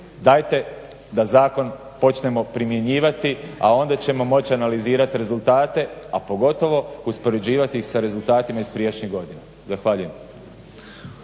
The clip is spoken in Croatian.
Dajte da zakon počnemo primjenjivati, a onda ćemo moći analizirati rezultate a pogotovo uspoređivati ih sa rezultatima iz prijašnjih godina. Zahvaljujem.